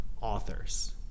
authors